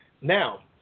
Now